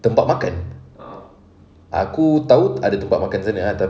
tempat makan aku tahu ada tempat makan sana ah